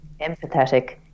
empathetic